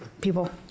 people